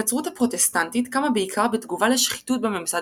הנצרות הפרוטסטנטית קמה בעיקר בתגובה לשחיתות בממסד